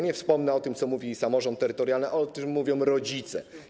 Nie wspomnę o tym, co mówi samorząd terytorialny, o tym, co mówią rodzice.